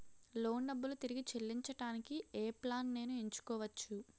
Loan డబ్బులు తిరిగి చెల్లించటానికి ఏ ప్లాన్ నేను ఎంచుకోవచ్చు?